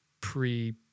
pre